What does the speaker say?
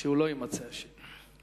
שהוא לא יימצא אשם.